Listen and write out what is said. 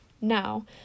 Now